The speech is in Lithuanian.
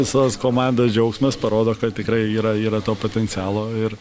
visos komandos džiaugsmas parodo kad tikrai yra yra to potencialo ir